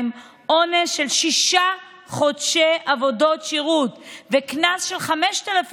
עונש של שישה חודשי עבודות שירות וקנס של 5,000